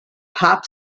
pop